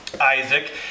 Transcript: Isaac